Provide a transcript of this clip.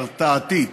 ההרתעתית,